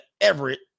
Everett